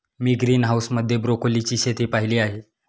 मी greenhouse मध्ये ब्रोकोलीची शेती पाहीली आहे